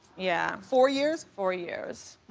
yeah. four years? four years.